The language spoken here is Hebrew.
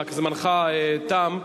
זמנך תם.